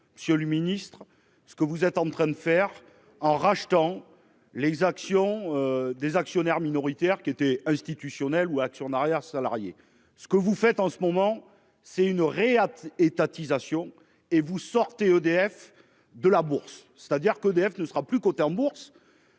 sur le ministre. Ce que vous êtes en train de faire, en rachetant les actions. Des actionnaires minoritaires qui étaient institutionnelles ou actionnariat salarié ce que vous faites en ce moment c'est une régate étatisation et vous sortez EDF de la bourse, c'est-à-dire qu'EDF ne sera plus coté en Bourse.